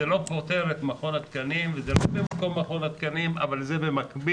זה לא פוטר את מכון התקנים וזה לא במקום מכון תקנים,